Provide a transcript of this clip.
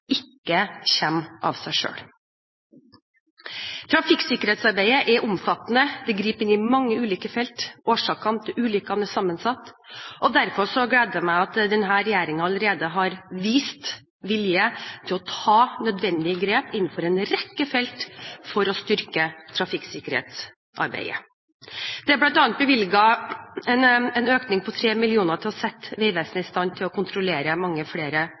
ikke kommer av seg selv. Trafikksikkerhetsarbeidet er omfattende, det griper inn i mange ulike felt. Årsakene til ulykkene er sammensatt, og derfor gleder det meg at denne regjeringen allerede har vist vilje til å ta nødvendige grep innenfor en rekke felt for å styrke trafikksikkerhetsarbeidet. Det er bl.a. bevilget en økning på 3 mill. kr til å sette Vegvesenet i stand til å kontrollere mange flere